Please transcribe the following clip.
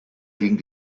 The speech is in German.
ging